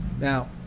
Now